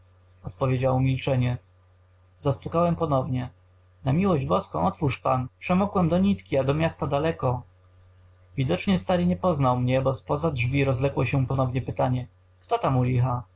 głosie odpowiedziało milczenie zastukałem powtórnie na miłość boską otwórz pan przemokłem do nitki a do miasta daleko widocznie stary nie poznał mnie bo z poza drzwi rozległo się ponowne pytanie kto tam